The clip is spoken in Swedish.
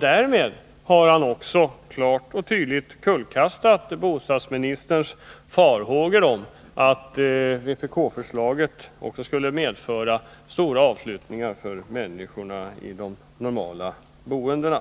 Därmed har han också klart och tydligt kullkastat bostadsministerns farhågor att vpk-förslaget skulle medföra stora avflyttningar för människor i normalt boende,